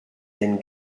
been